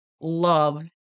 love